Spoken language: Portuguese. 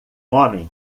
homem